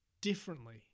differently